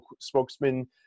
spokesman